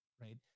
right